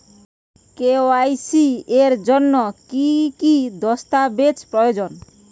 KYC এর জন্যে কি কি দস্তাবেজ প্রয়োজন?